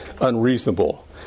unreasonable